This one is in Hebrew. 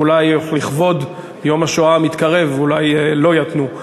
אולי לכבוד יום השואה המתקרב, אולי לא יַתנו.